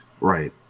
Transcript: Right